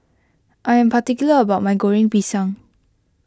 I am particular about my Goreng Pisang